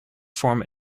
form